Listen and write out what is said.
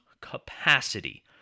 capacity